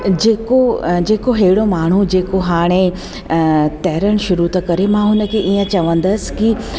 जेको जेको अहिड़ो माण्हू जेको हाणे तरणु शुरू थो करे मां हुन खे इहा चवंदसि की